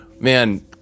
man